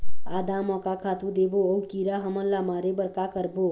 आदा म का खातू देबो अऊ कीरा हमन ला मारे बर का करबो?